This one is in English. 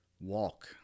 walk